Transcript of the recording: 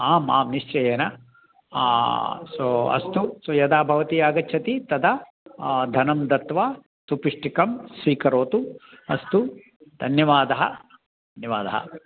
आम् आम् निश्चयेन सो अस्तु सो यदा भवती आगच्छति तदा धनं दत्वा सुपिष्टकं स्वीकरोतु अस्तु धन्यवादः धन्यवादः